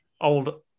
old